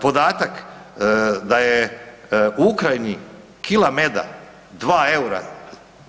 Podatak da je u Ukrajini kila meda 2 EUR-a